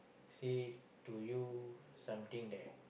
say to you something that